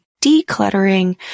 decluttering